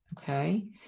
okay